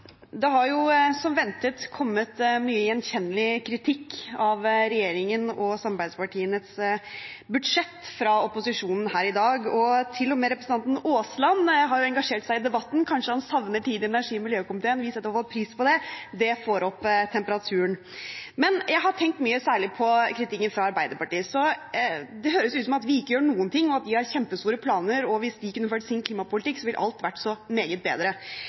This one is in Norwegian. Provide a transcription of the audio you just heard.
Det har som ventet kommet mye gjenkjennelig kritikk av regjeringen og samarbeidspartienes budsjett fra opposisjonen her i dag, og til og med representanten Aasland har engasjert seg i debatten. Kanskje han savner tiden i energi- og miljøkomiteen? Vi setter i så fall pris på det – det får opp temperaturen. Men jeg har tenkt mye på kritikken fra særlig Arbeiderpartiet. Det høres ut som om vi ikke gjør noen ting, at de har kjempestore planer, og at hvis de hadde kunnet føre sin klimapolitikk, ville alt ha vært så meget bedre.